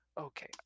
Okay